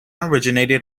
originated